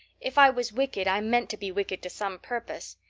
if i was wicked i meant to be wicked to some purpose.